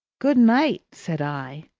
good night! said i.